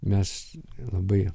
mes labai